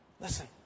Listen